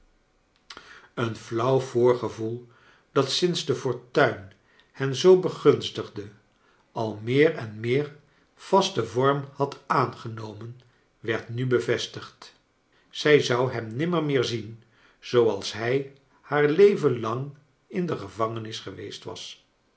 een flauw voorgevoel dat sinds de fortuin hen zoo begunstigde al meer en meer vasten t vorm had aangenomen werd nu bevestigd zij zou hem nimmer meer zien zooals hij haar leven lang in de gevangenis geweest was